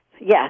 yes